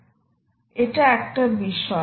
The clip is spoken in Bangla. এটা একটা বিষয়